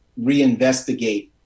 reinvestigate